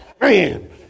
Man